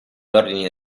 ordini